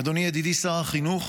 אדוני ידידי שר החינוך,